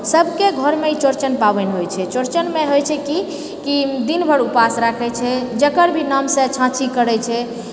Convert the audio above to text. सबके घरमे ई चौड़चन पाबनि होइत छै चौड़चनमे होइत छै कि कि दिन भरि उपास राखैत छै जकर भी नामसँ छाँछी करैत छै